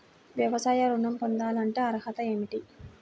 వ్యవసాయ ఋణం పొందాలంటే అర్హతలు ఏమిటి?